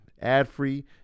ad-free